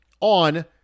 on